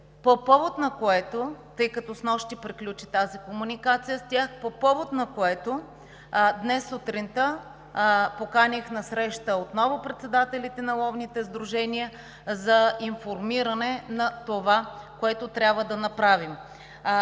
по повод на което, тъй като снощи приключи тази комуникация с тях, днес сутринта поканих на среща отново председателите на ловните сдружения за информиране – това, което трябва да направим.